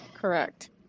Correct